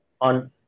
on